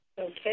Okay